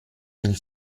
mille